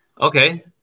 okay